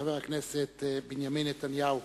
חבר הכנסת בנימין נתניהו.